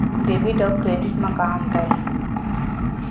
Debit अउ credit म का अंतर हे?